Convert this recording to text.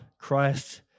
Christ